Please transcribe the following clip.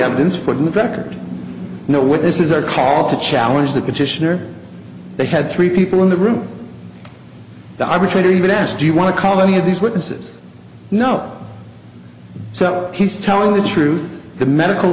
evidence put in the record know what this is or call to challenge the petitioner they had three people in the room the arbitrator even asked do you want to call any of these witnesses know so he's telling the truth the medical